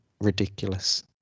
ridiculous